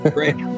Great